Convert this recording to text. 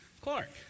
Clark